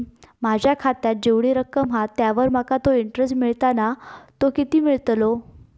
माझ्या खात्यात जेवढी रक्कम हा त्यावर माका तो इंटरेस्ट मिळता ना तो किती मिळतलो?